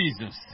Jesus